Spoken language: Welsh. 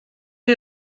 chi